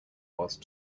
whilst